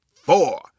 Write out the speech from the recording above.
four